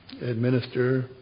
administer